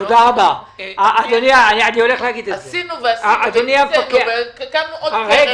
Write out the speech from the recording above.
עשינו ועשינו --- והקמנו עוד קרן,